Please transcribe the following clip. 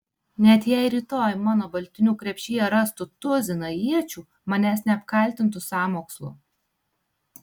net jei rytoj mano baltinių krepšyje rastų tuziną iečių manęs neapkaltintų sąmokslu